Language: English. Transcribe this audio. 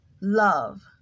Love